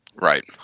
Right